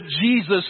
Jesus